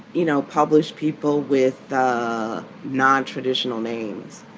you know, publish people with non-traditional names